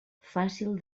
fàcil